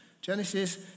Genesis